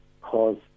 cause